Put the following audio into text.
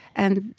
and,